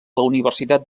universitat